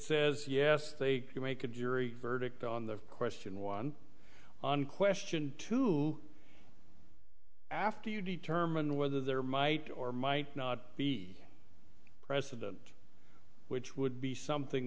says yes they can make a jury verdict on the question one on question two after you determine whether there might or might not be precedent which would be something